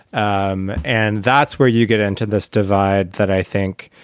um and that's where you get into this divide that i think